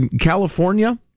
California